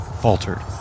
faltered